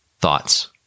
thoughts